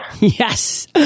Yes